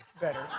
better